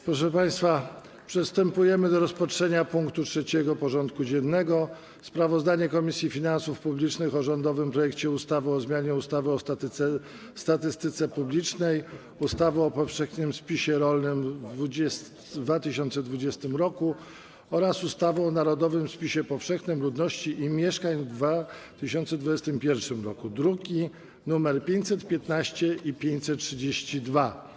Przystępujemy do rozpatrzenia punktu 3. porządku dziennego: Sprawozdanie Komisji Finansów Publicznych o rządowym projekcie ustawy o zmianie ustawy o statystyce publicznej, ustawy o powszechnym spisie rolnym w 2020 r. oraz ustawy o narodowym spisie powszechnym ludności i mieszkań w 2021 r. (druki nr 515 i 532)